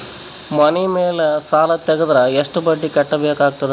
ಮನಿ ಮೇಲ್ ಸಾಲ ತೆಗೆದರ ಎಷ್ಟ ಬಡ್ಡಿ ಕಟ್ಟಬೇಕಾಗತದ?